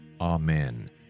Amen